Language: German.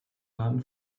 baden